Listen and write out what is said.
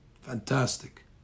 Fantastic